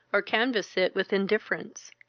or canvass it with indifference.